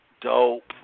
Dope